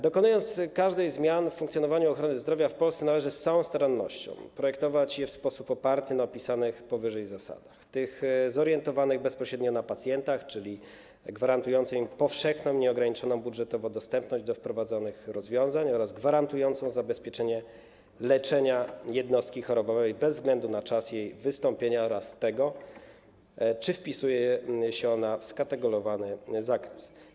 Dokonując każdej zmiany w funkcjonowaniu ochrony zdrowia w Polsce, należy z całą starannością projektować je w sposób oparty na opisanych powyżej zasadach zorientowanych bezpośrednio na pacjentów, czyli gwarantujących im powszechny i nieograniczony budżetowo dostęp do wprowadzonych rozwiązań oraz gwarantujących zabezpieczenie leczenia jednostki chorobowej bez względu na czas jej wystąpienia oraz to, czy wpisuje się ona w skatalogowany zakres.